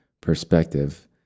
perspective